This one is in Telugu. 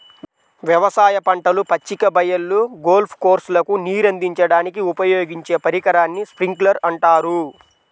వ్యవసాయ పంటలు, పచ్చిక బయళ్ళు, గోల్ఫ్ కోర్స్లకు నీరందించడానికి ఉపయోగించే పరికరాన్ని స్ప్రింక్లర్ అంటారు